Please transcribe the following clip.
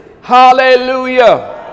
Hallelujah